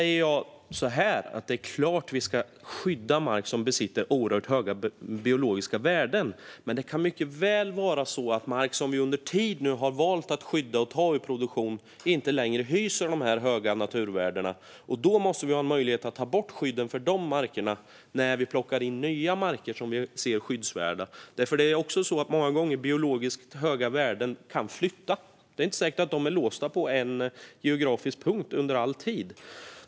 Det är klart att vi ska skydda mark som besitter oerhört höga biologiska värden. Men det kan mycket väl vara så att mark som vi under tid har valt att skydda och ta ur produktion inte längre hyser de höga naturvärdena. Då måste vi ha en möjlighet att ta bort skydden för de markerna när vi plockar in nya marker som vi ser som skyddsvärda. Många gånger kan biologiskt höga värden flytta. Det är inte säkert att de är låsta på en geografisk punkt under all tid.